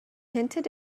hinted